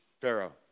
Pharaoh